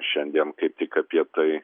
šiandien kaip tik apie tai